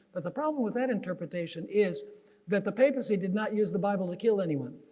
but the problem with that interpretation is that the papacy did not use the bible to kill anyone.